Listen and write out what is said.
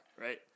right